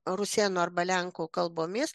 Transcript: rusėnų arba lenkų kalbomis